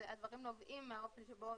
הדברים נובעים מהאופן שבו